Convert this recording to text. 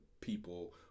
people